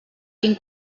quin